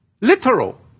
Literal